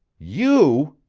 you!